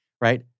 right